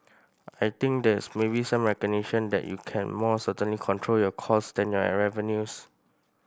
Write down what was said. I think there's maybe some recognition that you can more certainly control your costs than your revenues